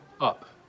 up